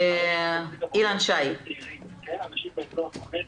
אילן שי ממשרד החינוך.